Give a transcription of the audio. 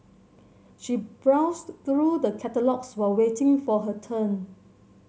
she browsed through the catalogues while waiting for her turn